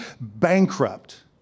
bankrupt